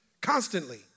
constantly